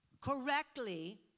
correctly